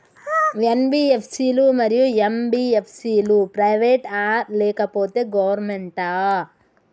NBFC లు, MBFC లు private ఆ లేకపోతే గవర్నమెంటా?